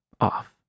off